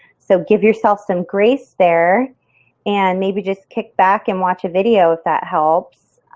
so give yourself some grace there and maybe just kick back and watch a video that helps